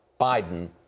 Biden